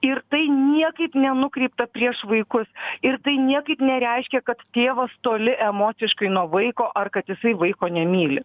ir tai niekaip nenukreipta prieš vaikus ir tai niekaip nereiškia kad tėvas toli emociškai nuo vaiko ar kad jisai vaiko nemyli